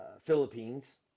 Philippines